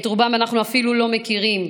את רובם אנחנו אפילו לא מכירים,